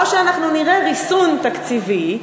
או שאנחנו נראה ריסון תקציבי,